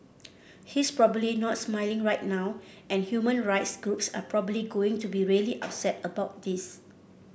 he's probably not smiling right now and human rights groups are probably going to be really upset about this